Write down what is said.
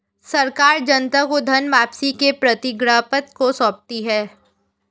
सरकार जनता को धन वापसी के प्रतिज्ञापत्र को सौंपती है